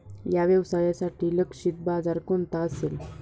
या व्यवसायासाठी लक्षित बाजार कोणता असेल?